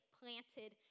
planted